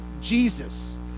Jesus